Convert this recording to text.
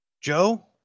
joe